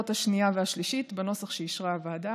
השנייה והשלישית בנוסח שאישרה הוועדה.